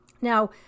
Now